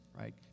right